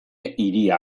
hiria